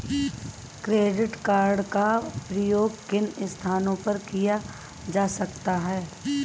Credit card का उपयोग किन स्थानों पर किया जा सकता है?